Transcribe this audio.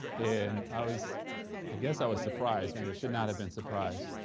and i was i guess i was surprised. maybe i should not have been surprised.